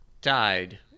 died